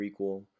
prequel